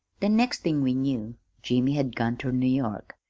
the next thing we knew jimmy had gone ter new york.